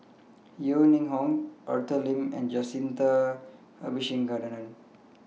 Yeo Ning Hong Arthur Lim and Jacintha Abisheganaden